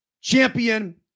champion